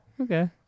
Okay